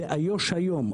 באיו"ש היום,